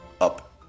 Up